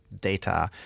data